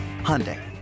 Hyundai